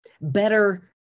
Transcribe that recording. better